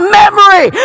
memory